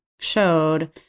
showed